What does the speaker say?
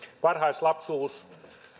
varhaislapsuus